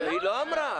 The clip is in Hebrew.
היא לא אמרה.